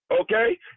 Okay